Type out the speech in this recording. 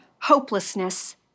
hopelessness